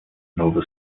nova